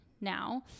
now